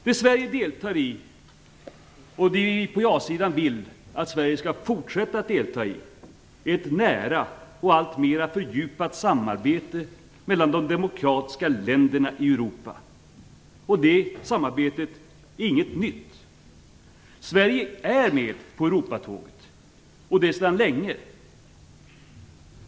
Det som Sverige deltar i, och det som vi på jasidan vill att Sverige skall fortsätta att delta i, är ett nära och alltmer fördjupat samarbete mellan de demokratiska länderna i Europa. Det samarbetet är inget nytt. Sverige är med på Europatåget och det sedan länge.